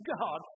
God